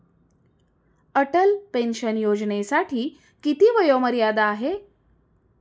Atal pension योजनेसाठी किती वयोमर्यादा आहे?